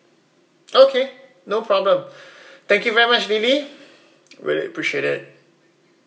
okay no problem thank you very much lily really appreciate it